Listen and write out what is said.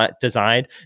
designed